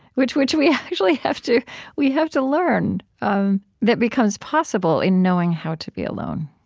which which we actually have to we have to learn um that becomes possible in knowing how to be alone